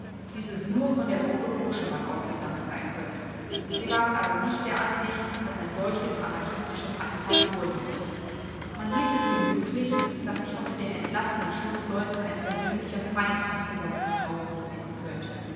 dieses nur von der gruppe koschemann ausgegangen sein könne sie waren aber nicht der ansicht daß ein solches anarchistisches attentat vorliege man hielt es für möglich daß sich unter den entlassenen schutzleuten ein persönlicher feind des obersten krause befinden könnte